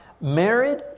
married